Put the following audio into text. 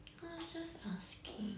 ah just asking